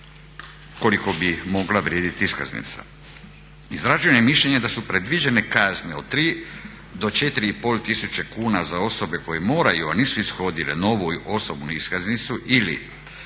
koliko bi mogla vrijedit iskaznica. Izraženo je mišljenje da su predviđene kazne od 3 do 4,5 tisuće kuna za osobe koje moraju, a nisu ishodile novu osobnu iskaznicu ili